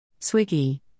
Swiggy